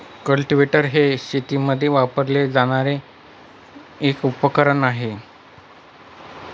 cultivator हे शेतीमध्ये वापरले जाणारे एक उपकरण आहे